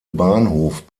bahnhof